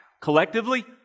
Collectively